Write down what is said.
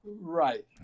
Right